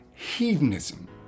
hedonism